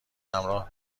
همراه